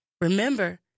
Remember